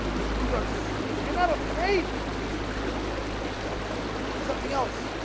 if you are if you're not afraid you don't believe you believe in something else